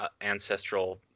ancestral